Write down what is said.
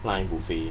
line buffet